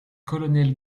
colonel